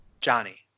Johnny